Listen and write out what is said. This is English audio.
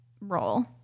role